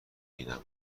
بینم